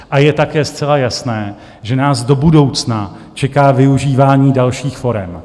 A je také zcela jasné, že nás do budoucna čeká využívání dalších forem.